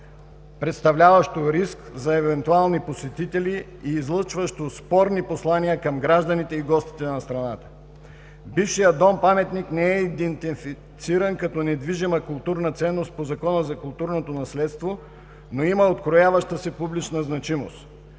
представляваща риск за евентуални посетители и излъчващ спорни послания към гражданите и гостите на страната. Бившият Дом-паметник не е идентифициран като недвижима културна ценност по Закона за културното наследство, но има открояваща се публична значимост.